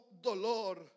dolor